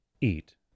eat